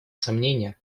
сомнения